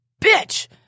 bitch